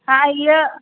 हा इहो